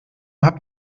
habt